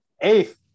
Eighth